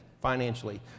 financially